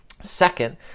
Second